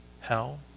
hell